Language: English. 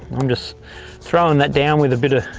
i'm just throwing that down with a bit of